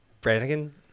Brannigan